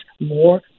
more